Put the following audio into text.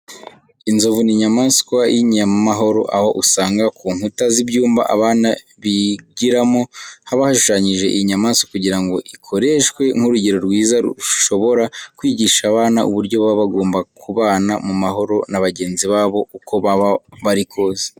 Inzovu ni inyamaswa y'inyamahoro, aho usanga ku nkuta z'ibyumba abana bigiramo haba hashushanyije iyi nyamaswa kugira ngo ikoreshwe nk'urugero rwiza rushobora kwigisha abana uburyo baba bagomba kubana mu mahoro na bagenzi babo, uko baba bari kose.